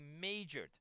majored